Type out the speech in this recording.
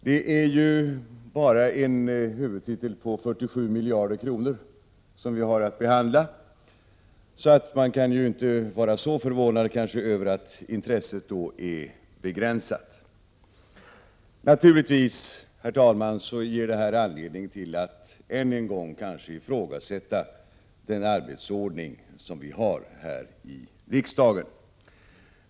Det är ju bara en huvudtitel på 47 miljarder kronor som vi har att behandla, så man kanske inte kan vara särskilt förvånad över att intresset är begränsat. Detta ger naturligtvis, herr talman, anledning att än en gång ifrågasätta den arbetsordning vi har här i riksdagen.